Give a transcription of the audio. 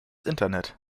internet